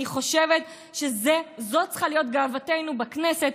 אני חושבת שזאת צריכה להיות גאוותנו בכנסת,